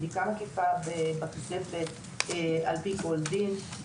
בדיקה מקיפה בכספת על פי כל דין.